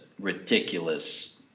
ridiculous